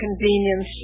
convenience